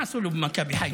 מה עשו לו במכבי חיפה?